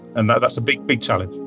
and that's a big, big challenge.